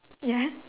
ya